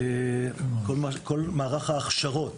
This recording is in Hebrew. לגבי כל מערך ההכשרות,